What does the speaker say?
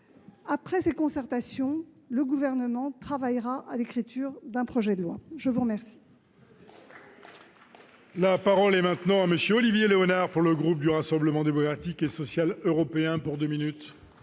Après ces concertations, le Gouvernement travaillera à l'écriture d'un projet de loi. C'est ce